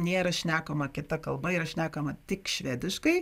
nėra šnekama kita kalba yra šnekama tik švediškai